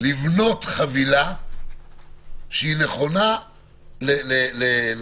לבנות חבילה שהיא נכונה למקומות,